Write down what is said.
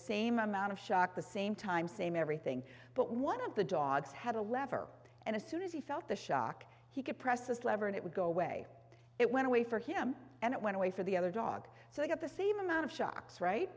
same amount of shock the same time same everything but one of the dogs had a lever and as soon as he felt the shock he could press this lever and it would go away it went away for him and it went away for the other dog so they got the same amount of shocks right